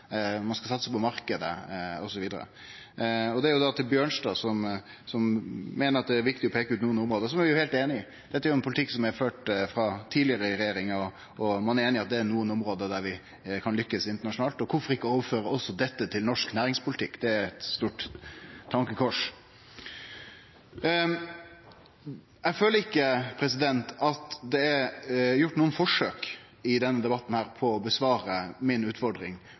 ein skal satse på marknaden, osv. Dette er da til Bjørnstad som meiner at det er viktig å peike ut nokre område, som eg jo er heilt einig i. Dette er ein politikk som er ført frå tidlegare regjeringar òg. Ein er einig i at det er nokre område der vi kan lykkast internasjonalt. Kvifor ikkje da overføre også dette til norsk næringspolitikk? Det er ein stor tankekross. Eg føler ikkje at det er gjort nokon forsøk i denne debatten på å